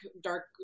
dark